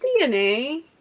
DNA